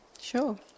Sure